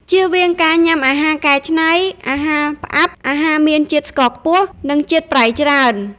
ជៀសវាងការញាំអាហារកែច្នៃ អាហារផ្អាប់ អាហារមានជាតិស្ករខ្ពស់ និងជាតិប្រៃច្រើន ។